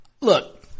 Look